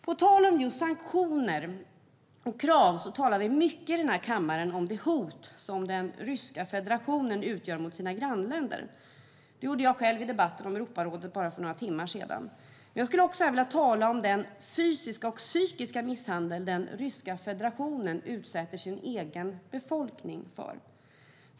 På tal om just sanktioner och krav talar vi mycket i denna kammare om det hot som den ryska federationen utgör mot sina grannländer. Det gjorde jag själv i debatten om Europarådet för bara några timmar sedan. Jag skulle här också vilja tala om den fysiska och psykiska misshandel som den ryska federationen utsätter sin egen befolkning för.